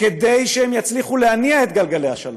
כדי שהם יצליחו להניע את גלגלי השלום,